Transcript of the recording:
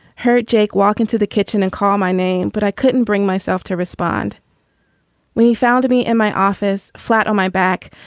heard jake walk into the kitchen and call my name. but i couldn't bring myself to respond when he found me in my office flat on my back.